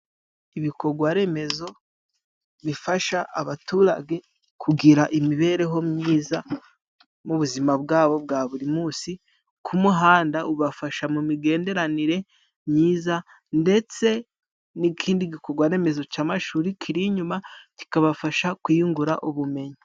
Ibikogwaremezo bifasha abaturage kugira imibereho myiza mu buzima bwabo bwa buri munsi, ku muhanda ubafasha mu migenderanire myiza ndetse, n'ikindi gikorwaremezo c'amashuri kiri inyuma kikabafasha kwiyungura ubumenyi.